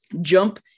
jump